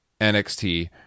NXT